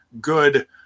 good